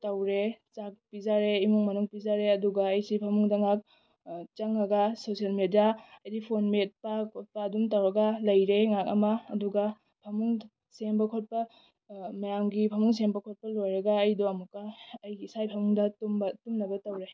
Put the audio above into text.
ꯇꯧꯔꯦ ꯆꯥꯛ ꯄꯤꯖꯔꯦ ꯏꯃꯨꯡ ꯃꯅꯨꯡ ꯄꯤꯖꯔꯦ ꯑꯗꯨꯒ ꯑꯩꯁꯤ ꯐꯃꯨꯡꯗ ꯉꯥꯏꯍꯥꯛ ꯆꯪꯉꯥꯒ ꯁꯣꯁꯤꯌꯦꯜ ꯃꯦꯗꯤꯌꯥ ꯍꯥꯏꯕꯗꯤ ꯐꯣꯟ ꯃꯦꯠꯄ ꯈꯣꯠꯄ ꯑꯗꯨꯝ ꯇꯧꯔꯒ ꯂꯩꯔꯦ ꯉꯥꯏꯍꯥꯛ ꯑꯃ ꯑꯗꯨꯒ ꯐꯃꯨꯡ ꯁꯦꯝꯕ ꯈꯣꯠꯄ ꯃꯌꯥꯝꯒꯤ ꯐꯃꯨꯡ ꯁꯦꯝꯕ ꯈꯣꯠꯄ ꯂꯣꯏꯔꯒ ꯑꯩꯗꯣ ꯑꯃꯨꯛꯀꯥ ꯑꯩꯒꯤ ꯏꯁꯥꯒꯤ ꯐꯃꯨꯡꯗ ꯕꯇꯨꯝ ꯇꯨꯝꯅꯕ ꯇꯧꯔꯦ